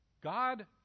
God